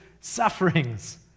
sufferings